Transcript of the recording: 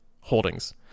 holdings